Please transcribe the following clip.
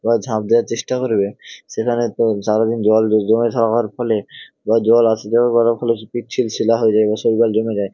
বা ঝাঁপ দেওয়ার চেষ্টা করবে সেখানে তো সারাদিন জল জমে থাকার ফলে বা জল আসা যাওয়া করার ফলে সে পিচ্ছিল শিলা হয়ে যায় বা শৈবাল জমে যায়